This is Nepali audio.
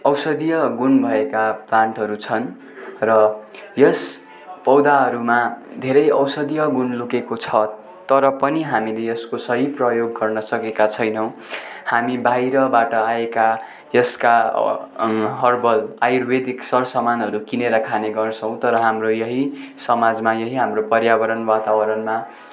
औषधीय गुण भएका प्लान्टहरू छन् र यस पौधाहरूमा धेरै औषधीय गुण लुकेको छ तर पनि हामीले यसको सही प्रयोग गर्न सकेका छैनौँ हामी बाहिरबाट आएका यसका हर्बल आयुर्वेदिक सर सामानहरू किनेर खाने गर्छौँ तर हाम्रो यही समाजमा यही हाम्रो पर्यावरण वातावरणमा